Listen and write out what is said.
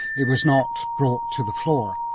it was not brought to the floor.